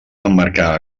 emmarcar